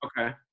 Okay